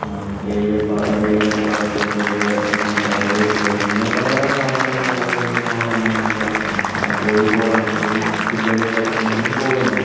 railway പാഏ railway track ട്രൈവേ മറ്റേ റെയിൽവേ സ്റ്റേഷൻ ഇങ്ങനെ പല തരം സാധനങ്ങൾ കാണാൻ വേണ്ടീട്ടാണ് നമ്മൾഎന്തെയ്യാ കോഴിക്കോട് ആണെങ്കിലും മറ്റു ജില്ലകളിലേക്ക് ആണെങ്കിലും പോകുന്നത്